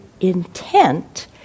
intent